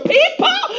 people